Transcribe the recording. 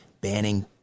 banning